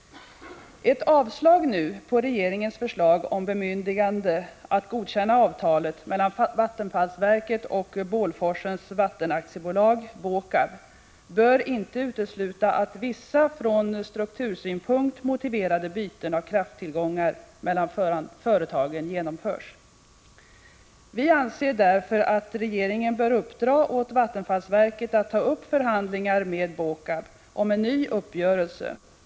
30 maj 1986 Ett avslag nu på regeringens förslag om bemyndigande att godkänna avtalet mellan vattenfallsverket och Bålforsens Kraft AB, BÅKAB, bör inte utesluta att vissa från struktursynpunkt motiverade byten av krafttillgångar mellan företagen genomförs. Vi anser därför att regeringen bör uppdra åt vattenfallsverket att ta upp förhandlingar med BÅKAB om en ny uppgörelse.